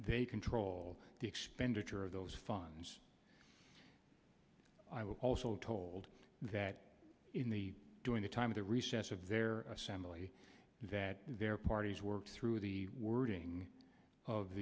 they control the expenditure of those funds i was also told that in the during the time of the recess of their assembly that their parties work through the wording of